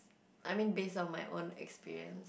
I mean based on my own experience